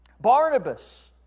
Barnabas